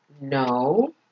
no